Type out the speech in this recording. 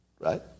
Right